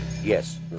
Yes